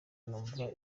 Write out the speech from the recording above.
numva